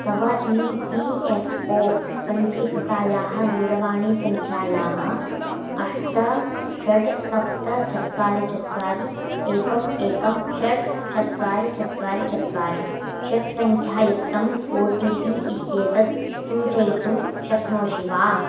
तव E P F O पञ्जीकृतायाः दूरवाणीसङ्ख्यायाः अष्ट षट् सप्त चत्वारि चत्वारि एकम् एकं षट् चत्वारि चत्वारि चत्वारि षट्सङ्ख्यायुक्तम् ओ टि पि इत्येतत् सूचयितुं शक्नोषि वा